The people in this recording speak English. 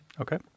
Okay